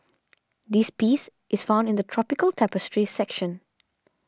this piece is found in the Tropical Tapestry section